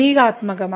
പ്രതീകാത്മകമായി